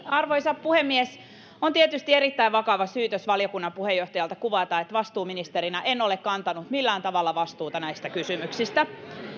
arvoisa puhemies on tietysti erittäin vakava syytös valiokunnan puheenjohtajalta kuvata että vastuuministerinä en ole kantanut millään tavalla vastuuta näistä kysymyksistä